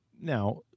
Now